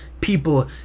people